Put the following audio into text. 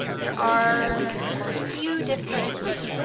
there are a few different.